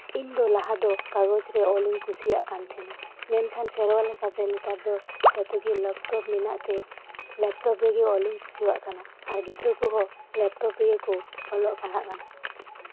ᱤᱧᱫᱚ ᱞᱟᱦᱟᱫᱚ ᱠᱟᱜᱚᱡᱨᱮ ᱚᱞᱚᱤᱧ ᱠᱩᱥᱤᱭᱟᱜ ᱠᱟᱱᱛᱟᱦᱮᱱᱟ ᱢᱮᱱᱠᱷᱟᱱ ᱥᱮᱨᱣᱟ ᱞᱮᱠᱟᱛᱮ ᱱᱮᱛᱟᱨᱫᱚ ᱡᱚᱛᱚᱜᱤ ᱞᱮᱯᱴᱚᱯ ᱢᱮᱱᱟᱜᱛᱮ ᱞᱮᱯᱴᱚᱯ ᱨᱮᱜᱮ ᱚᱞᱚᱤᱧ ᱠᱩᱥᱤᱭᱟᱜ ᱠᱟᱱᱟ ᱟᱨ ᱜᱤᱫᱽᱨᱟᱹ ᱠᱚᱦᱚᱸ ᱞᱟᱯᱴᱚᱯ ᱨᱮᱜᱮᱠᱩ ᱚᱞᱚᱜ ᱯᱟᱲᱦᱟᱜ ᱠᱟᱱᱟ